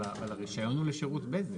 אבל הרישיון הוא לשירות בזק.